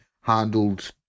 handled